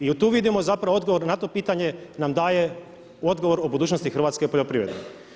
I tu vidimo zapravo odgovor na to pitanje, nam daje odgovor o budućnosti hrvatske poljoprivrede.